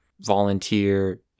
volunteer